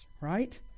right